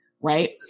right